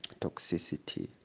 toxicity